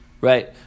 right